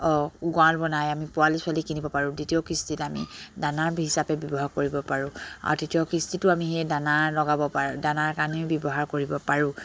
গঁৰাল বনাই আমি পোৱালি ছোৱালী কিনিব পাৰোঁ দ্বিতীয় কিস্তিত আমি দানাৰ হিচাপে ব্যৱহাৰ কৰিব পাৰোঁ আৰু তৃতীয় কিস্তিটো আমি সেই দানা লগাব পাৰোঁ দানাৰ কাৰণেও ব্যৱহাৰ কৰিব পাৰোঁ